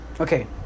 Okay